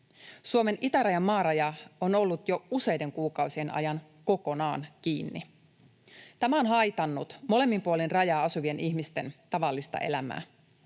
Suomen itärajan maaraja on ollut jo useiden kuukausien ajan kokonaan kiinni. Tämä on haitannut molemmin puolin rajaa asuvien ihmisten tavallista elämää.